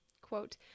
quote